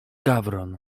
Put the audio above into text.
gawron